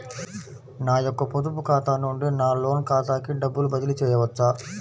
నా యొక్క పొదుపు ఖాతా నుండి నా లోన్ ఖాతాకి డబ్బులు బదిలీ చేయవచ్చా?